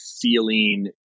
feeling